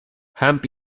hemp